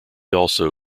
also